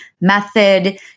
Method